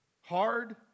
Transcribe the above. hard